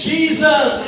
Jesus